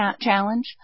challenge